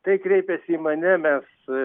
tai kreipėsi į mane mes